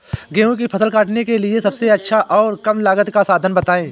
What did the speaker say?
गेहूँ की फसल काटने के लिए सबसे अच्छा और कम लागत का साधन बताएं?